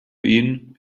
ihn